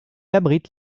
abrite